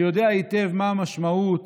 שיודע היטב מה המשמעות